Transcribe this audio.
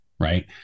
Right